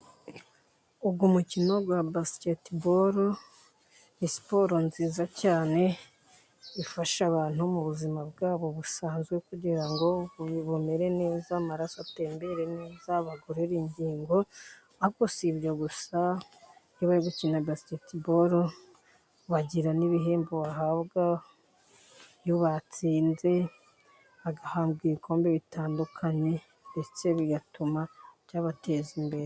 Uyu umukino wa basiketi bolo ni siporo nziza cyane, ifasha abantu mu ubuzima bwabo busanzwe, kugira bumere neza, amaraso atembere neza bagorore ingingo zabo, si ibyo gusa iyo bari gukina basiketi bolo bagira n' ibihembo bahabwa iyo batsinze bagahabwa ibikombe bitandukanye, ndetse bigatuma byabateza imbere.